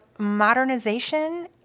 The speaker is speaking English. modernization